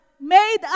made